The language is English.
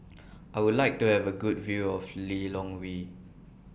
I Would like to Have A Good View of Lilongwe